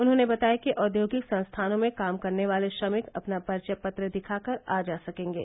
उन्होंने बताया कि औद्योगिक संस्थानों में काम करने वाले श्रमिक अपना परिचय पत्र दिखा कर आ जा सकेंगे